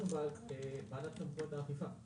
ועדת סמכויות האכיפה.